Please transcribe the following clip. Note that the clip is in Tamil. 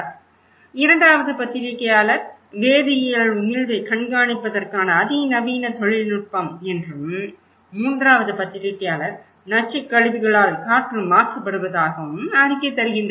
2ஆவது பத்திரிகையாளர் வேதியியல் உமிழ்வைக் கண்காணிப்பதற்கான அதிநவீன தொழில்நுட்பம் என்றும் 3ஆவது பத்திரிகையாளர் நச்சுக் கழிவுகளால் காற்று மாசுபடுவதாகவும் அறிக்கை தருகின்றனர்